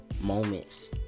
moments